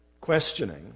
questioning